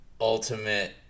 ultimate